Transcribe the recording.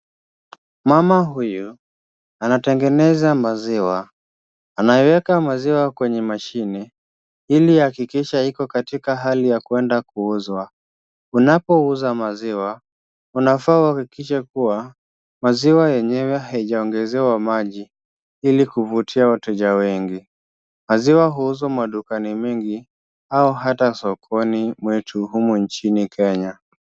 Mama huyu anatengeneza maziwa, anaiweka maziwa kwenye mashine ili ahakikishe iko katika hali ya kwenda kuuzwa. Unapouza maziwa unafaa uhakikishe kuwa maziwa yenyewe haijaongezewa maji ili kuvutia wateja wengi. Maziwa huuzwa madukani mengi au hata sokoni mwetu humu nchini Kenya.